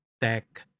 tech